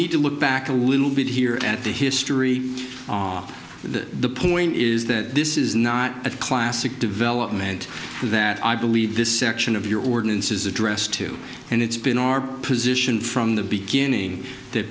need to look back a little bit here at the history the point is that this is not a classic development that i believe this section of your ordinance is addressed to and it's been our position from the beginning that